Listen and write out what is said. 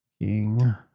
King